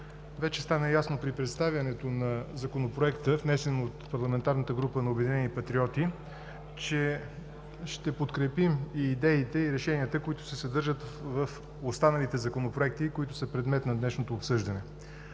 Вече стана ясно при представянето на Законопроекта, внесен от парламентарната група на „Обединени патриоти“, че ще подкрепим и идеите, и решенията, които се съдържат в останалите законопроекти, предмет на днешното обсъждане.